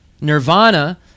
Nirvana